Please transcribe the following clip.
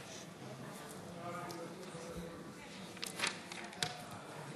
להלן תוצאות ההצבעה: